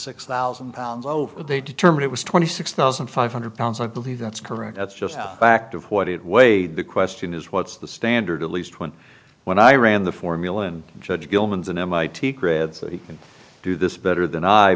six thousand pounds over they determine it was twenty six thousand five hundred pounds i believe that's correct that's just out fact of what it weighed the question is what's the standard at least when when i ran the formula and judge gilman's an mit grad so he can do this better than i